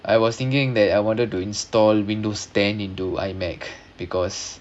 I was thinking that I wanted to install windows ten into iMac because